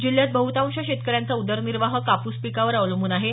जिल्ह्यात बहुतांश शेतकऱ्यांचा उदरनिर्वाह कापूस पिकावर अवलंबून आहे